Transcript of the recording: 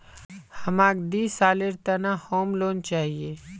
हमाक दी सालेर त न होम लोन चाहिए